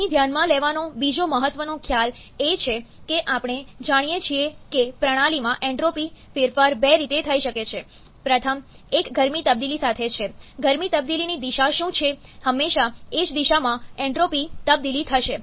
અહીં ધ્યાનમાં લેવાનો બીજો મહત્વનો ખ્યાલ એ છે કે આપણે જાણીએ છીએ કે પ્રણાલીમાં એન્ટ્રોપી ફેરફાર બે રીતે થઈ શકે છે પ્રથમ એક ગરમી તબદીલી સાથે છે ગરમી તબદીલીની દિશા શું છે હંમેશા એ જ દિશામાં એન્ટ્રોપી તબદીલી થશે